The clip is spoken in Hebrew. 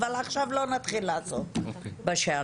אבל עכשיו לא נתחיל לעסוק בשאלון.